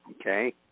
Okay